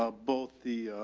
ah both the,